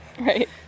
Right